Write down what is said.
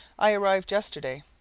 i arrived yesterday.